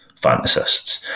fantasists